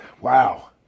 Wow